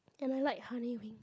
and I like honey wings